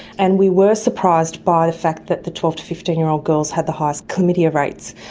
and we were surprised by the fact that the twelve to fifteen year old girls had the highest chlamydia rates.